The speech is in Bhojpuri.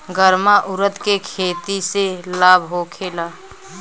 गर्मा उरद के खेती से लाभ होखे ला?